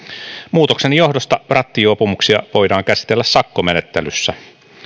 muutoksen johdosta rattijuopumuksia voidaan käsitellä sakkomenettelyssä